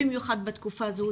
במיוחד בתקופה הזו.